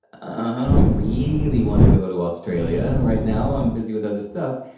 i don't really wanna go to australia right now, i'm busy with other stuff,